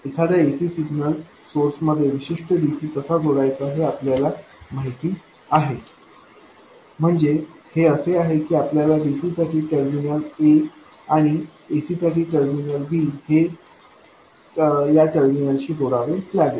एखाद्या ac signal source मध्ये विशिष्ट डीसी कसा जोडायचा ते आपल्याला माहित आहे म्हणजे असे आहे की आपल्याला dc साठी टर्मिनल A आणि ac साठी टर्मिनल B हे या टर्मिनल शी जोडवे लागेल